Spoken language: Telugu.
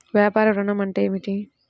వ్యాపార ఋణం అంటే ఏమిటి?